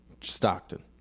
Stockton